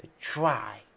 try